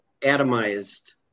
atomized